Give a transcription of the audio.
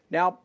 Now